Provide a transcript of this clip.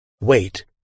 Wait